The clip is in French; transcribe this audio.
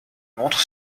montre